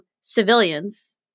civilians